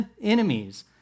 enemies